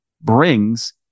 brings